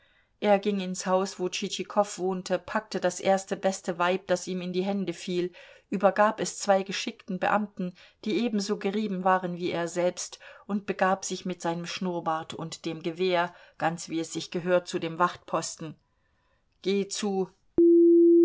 er ging ins haus wo tschitschikow wohnte packte das erste beste weib das ihm in die hände fiel übergab es zwei geschickten beamten die ebenso gerieben waren wie er selbst und begab sich mit seinem schnurrbart und mit dem gewehr ganz wie es sich gehört zu dem wachtposten geh zu